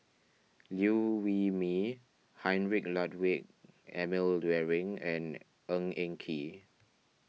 Liew Wee Mee Heinrich Ludwig Emil Luering and Ng Eng Kee